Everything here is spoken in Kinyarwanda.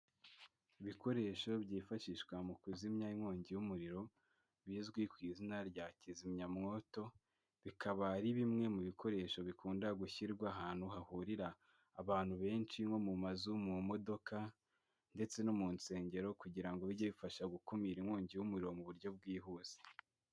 Ibikoresho byifashishwa mu kuzimya inkongi y'umuriro bizwi ku izina rya kizimyamwoto, bikaba ari bimwe mu bikoresho bikunda gushyirwa ahantu hahurira abantu benshi nko mu mazu, mu modoka ndetse no mu nsengero kugira ngo bijye bifasha gukumira inkongi y'umuriro mu buryo bwihuse.